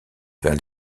vers